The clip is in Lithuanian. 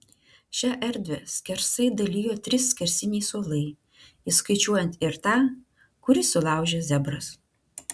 šią erdvę skersai dalijo trys skersiniai suolai įskaičiuojant ir tą kurį sulaužė zebras